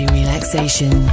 relaxation